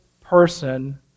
person